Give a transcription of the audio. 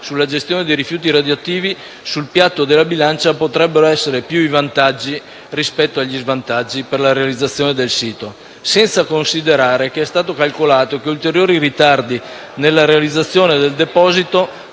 sulla gestione dei rifiuti radioattivi, sul piatto della bilancia potrebbero essere più i vantaggi rispetto agli svantaggi per la realizzazione del sito. Senza considerare che è stato calcolato che ulteriori ritardi nella realizzazione del deposito